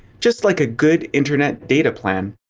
just like a good internet data plan.